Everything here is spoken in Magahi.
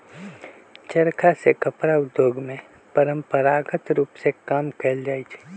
चरखा से कपड़ा उद्योग में परंपरागत रूप में काम कएल जाइ छै